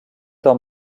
dans